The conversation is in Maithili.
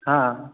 हँ